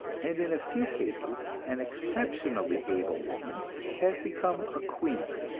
and in a few cases an exceptionally able woman has become a queen,